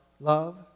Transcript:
love